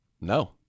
No